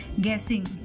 guessing